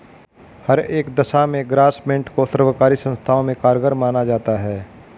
हर एक दशा में ग्रास्मेंट को सर्वकारी संस्थाओं में कारगर माना जाता है